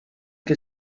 que